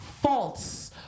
False